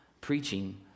preaching